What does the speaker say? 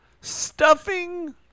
stuffing